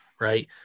right